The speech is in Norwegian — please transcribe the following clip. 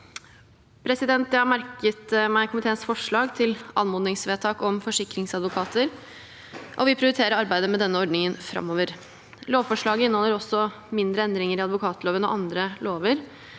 Jeg har merket meg komiteens forslag til anmodningsvedtak om forsikringsadvokater og vil prioritere arbeidet med denne ordningen framover. Lovforslaget inneholder også mindre endringer i advokatloven og andre lover.